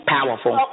Powerful